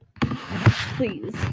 please